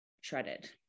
shredded